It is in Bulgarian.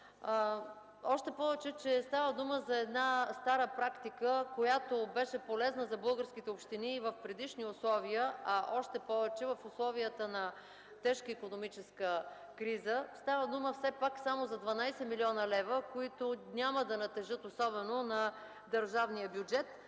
Още повече става дума за една стара практика, която беше полезна за българските общини в предишни условия, а най-вече в условията на тежка икономическа криза. Става дума все пак само за 12 млн. лв., които няма да натежат особено на държавния бюджет.